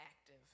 active